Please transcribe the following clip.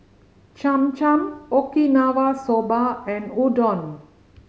Cham Cham Okinawa Soba and Udon